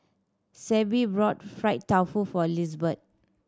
Sable brought fried tofu for Lizbeth